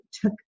took